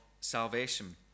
salvation